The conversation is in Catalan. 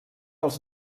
als